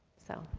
so,